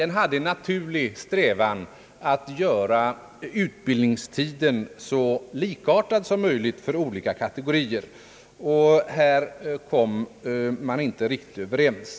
Den hade en naturlig strävan att göra utbildningstiden så likartad som möjligt för olika kategorier, och här kom man inte riktigt överens.